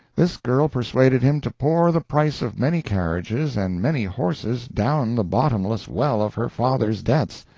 this girl persuaded him to pour the price of many carriages and many horses down the bottomless well of her father's debts,